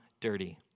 dirty